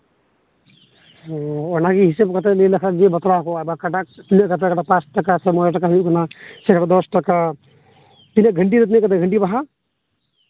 ᱚᱸᱻ ᱚᱱᱟᱜᱮ ᱦᱤᱥᱟᱹᱵ ᱠᱟᱛᱮ ᱞᱟᱹᱭ ᱞᱮᱠᱷᱟᱱ ᱡᱮ ᱵᱟᱛᱞᱟᱣ ᱠᱚᱜᱼᱟ ᱵᱟᱠᱷᱟᱱ ᱛᱤᱱᱟᱹᱜ ᱠᱚ ᱦᱟᱛᱟᱣ ᱠᱮᱫᱟ ᱯᱟᱸᱪ ᱴᱟᱠᱟ ᱥᱮ ᱢᱚᱬᱮ ᱴᱟᱠᱟ ᱦᱩᱭᱩᱜ ᱠᱟᱱᱟ ᱥᱮ ᱟᱨᱚ ᱫᱚᱥ ᱴᱟᱠᱟ ᱵᱷᱤᱱᱰᱟᱹ ᱛᱤᱱᱟᱹᱜ ᱠᱟᱛᱮ ᱵᱷᱤᱱᱰᱤ ᱵᱟᱦᱟ